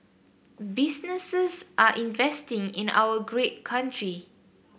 businesses are investing in our great country